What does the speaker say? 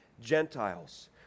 gentiles